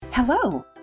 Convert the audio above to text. Hello